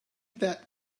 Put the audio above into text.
that